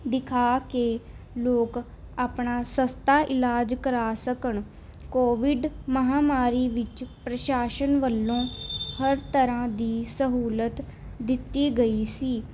ਦਿਖਾ ਕੇ ਲੋਕ ਆਪਣਾ ਸਸਤਾ ਇਲਾਜ ਕਰਾ ਸਕਣ ਕੋਵਿਡ ਮਹਾਂਮਾਰੀ ਵਿੱਚ ਪ੍ਰਸ਼ਾਸ਼ਨ ਵੱਲੋਂ ਹਰ ਤਰ੍ਹਾਂ ਦੀ ਸਹੂਲਤ ਦਿੱਤੀ ਗਈ ਸੀ